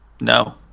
No